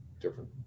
different